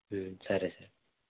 సరే సార్